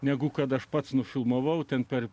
negu kad aš pats nufilmavau ten per